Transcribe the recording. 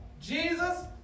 Jesus